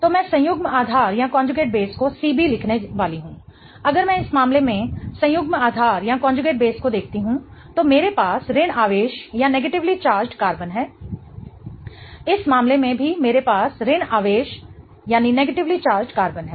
तो मैं संयुग्मित आधार को CB लिखने वाली हूं अगर मैं इस मामले में संयुग्म आधार को देखती हूं तो मेरे पास ऋण आवेश कार्बन है इस मामले में भी मेरे पास ऋण आवेश कार्बन है